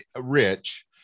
rich